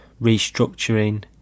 restructuring